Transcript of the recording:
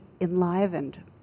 enlivened